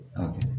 Okay